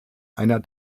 einer